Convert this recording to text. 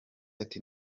ati